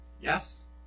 Yes